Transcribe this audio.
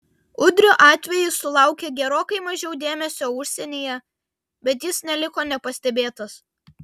udrio atvejis sulaukė gerokai mažiau dėmesio užsienyje bet jis neliko nepastebėtas